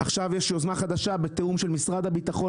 עכשיו יש יוזמה חדשה בתיאום של משרד הבטחון